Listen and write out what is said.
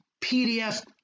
PDF